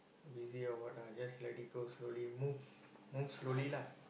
busy or what lah just let it go slowly move move slowly lah